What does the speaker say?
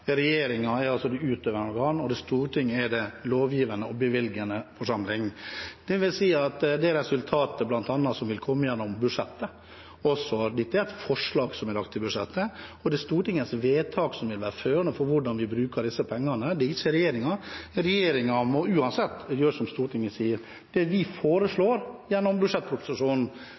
det utøvende organ og Stortinget er den lovgivende og bevilgende forsamling. Det vil si at det er et resultat som bl.a. vil komme gjennom budsjettet. Dette er et forslag som er lagt til budsjettet, og det er Stortingets vedtak som vil være førende for hvordan vi bruker disse pengene. Det er ikke regjeringens. Regjeringen må uansett gjøre som Stortinget sier. Det vi foreslår gjennom budsjettproposisjonen,